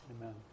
amen